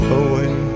away